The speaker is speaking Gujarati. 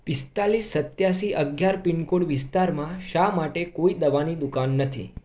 પિસ્તાલીસ સત્યાશી અગિયાર પિનકોડ વિસ્તારમાં શા માટે કોઈ દવાની દુકાન નથી